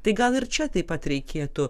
tai gal ir čia taip pat reikėtų